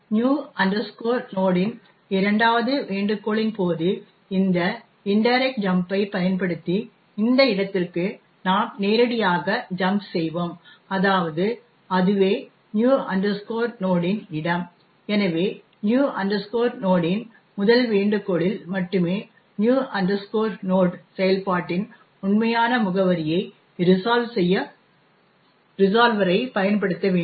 இப்போது new node node இன் இரண்டாவது வேண்டுகோளின் போது இந்த இன்டைரக்ட் ஜம்ப் ஐ பயன்படுத்தி இந்த இடத்திற்கு நாம் நேரடியாக ஜம்ப் செய்வோம் அதாவது அதுவே நியூ நோட்new node இன் இடம் எனவே நியூ நோட்new node இன் முதல் வேண்டுகோளில் மட்டுமே நியூ நோட்new node செயல்பாட்டின் உண்மையான முகவரியை ரிசால்வ் செய்ய ரிசால்வரை பயன்படுத்த வேண்டும்